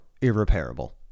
irreparable